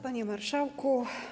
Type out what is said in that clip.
Panie Marszałku!